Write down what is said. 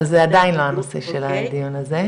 אבל זה עדיין לא הנושא של הדיון הזה.